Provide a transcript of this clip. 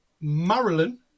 Marilyn